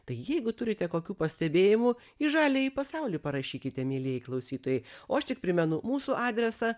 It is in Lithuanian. tai jeigu turite kokių pastebėjimų į žaliąjį pasaulį parašykite mielieji klausytojai o aš tik primenu mūsų adresą